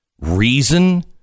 reason